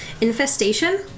Infestation